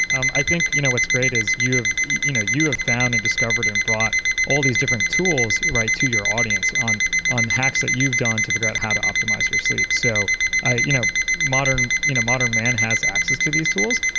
um i think you know what's great is you have you know found and discovered and brought all these different tools right to your audience on on hacks that you've done to figure out how to optimize your sleep. so you know modern you know modern man has access to these tools,